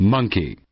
Monkey